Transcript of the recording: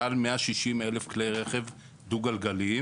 יש מעל 160,000 כלי רכב דו גלגליים.